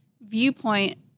viewpoint